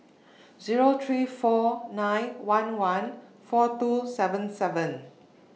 Zero three four nine one one four two seven seven